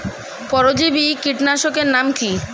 পরজীবী কীটনাশকের নাম কি?